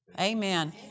Amen